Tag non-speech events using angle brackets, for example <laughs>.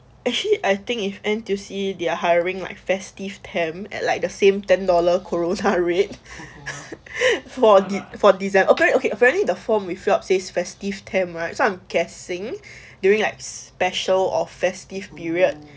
actually I think if N_T_U_C they're hiring like festive temp at like the same ten dollar corona rate <laughs> for the for dec~ okay okay apparently the form we fill up says festive temp right so I guessing during special or festive period